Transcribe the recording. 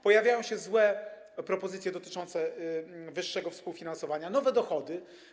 Pojawiają się złe propozycje dotyczące wyższego współfinansowania, nowe dochody.